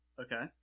Okay